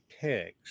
text